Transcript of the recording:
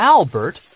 Albert